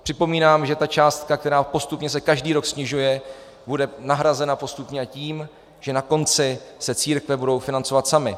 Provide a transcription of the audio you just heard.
Připomínám, že ta částka, která se postupně každý rok snižuje, bude nahrazena postupně tím, že na konci se církve budou financovat samy.